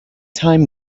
time